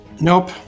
Nope